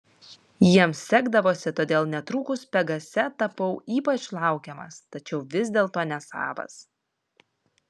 jiems sekdavosi todėl netrukus pegase tapau ypač laukiamas tačiau vis dėlto nesavas